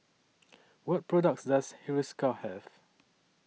What products Does Hiruscar Have